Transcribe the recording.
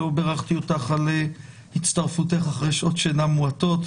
לא ברכתי אותך על הצטרפותך אחרי שעות שינה מועטות.